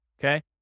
Okay